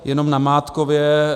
Jenom namátkově.